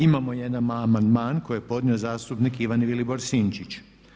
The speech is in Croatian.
Imamo jedan amandman koji je podnio zastupnik Ivan Vilibor Sinčić.